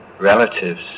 relatives